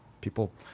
people